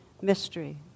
mystery